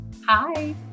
Hi